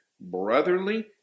brotherly